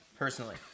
Personally